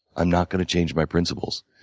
i'm not going to change my principles.